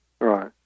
Right